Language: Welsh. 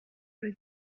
roedd